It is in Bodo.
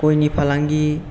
गयनि फालांगि